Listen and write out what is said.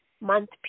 month